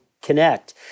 connect